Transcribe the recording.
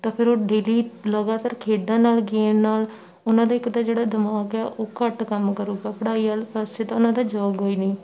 ਤਾਂ ਫਿਰ ਉਹ ਡੇਲੀ ਲਗਾਤਾਰ ਖੇਡਾਂ ਨਾਲ ਗੇਮ ਨਾਲ ਉਹਨਾਂ ਦਾ ਇੱਕ ਤਾਂ ਜਿਹੜਾ ਦਿਮਾਗ ਆ ਉਹ ਘੱਟ ਕੰਮ ਕਰੂਗਾ ਪੜ੍ਹਾਈ ਵਾਲੇ ਪਾਸੇ ਤਾਂ ਉਹਨਾਂ ਦਾ ਜਾਵੇਗਾ ਹੀ ਨਹੀਂ